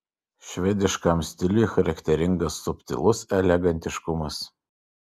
švediškam stiliui charakteringas subtilus elegantiškumas